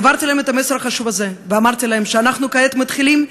העברתי להם את המסר החשוב הזה ואמרתי להם שאנחנו כעת מתחילים,